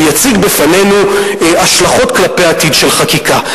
ויציג בפנינו השלכות כלפי עתיד של חקיקה.